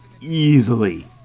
easily